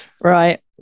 Right